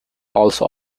also